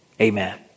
Amen